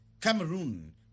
Cameroon